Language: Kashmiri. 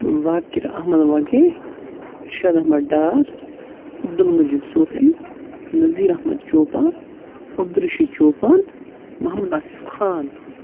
زاکِر احمد وَگے اِرشاد احمد ڈار عبدل مجیٖد صوفی نذیٖر احمد چوپان عبدل رشیٖد چوپان محمد عاصف خان